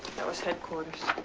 that was headquarters. i